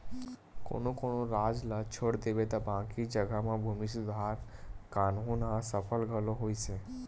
कोनो कोनो राज ल छोड़ देबे त बाकी जघा म भूमि सुधार कान्हून ह सफल घलो होइस हे